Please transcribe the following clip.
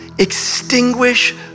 Extinguish